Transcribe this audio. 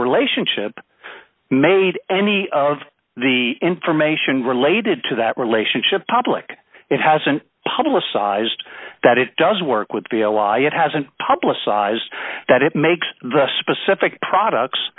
relationship made any of the information related to that relationship public it hasn't publicized that it does work would be a lie it hasn't publicized that it makes the specific products